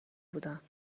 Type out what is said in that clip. بودند